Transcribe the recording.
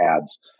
ads